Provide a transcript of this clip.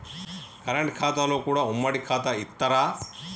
Current ఖాతాలో కూడా ఉమ్మడి ఖాతా ఇత్తరా?